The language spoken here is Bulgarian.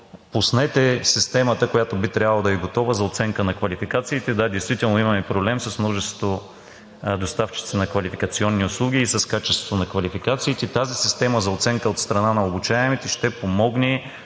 пуснете системата, която би трябвало да е готова, за оценка на квалификациите. Да, действително има и проблем с множеството доставчици на квалификационни услуги и с качеството на квалификациите. Тази система за оценка от страна на обучаемите ще помогне